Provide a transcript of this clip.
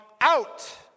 out